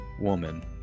woman